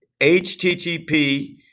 http